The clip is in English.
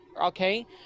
Okay